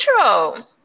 intro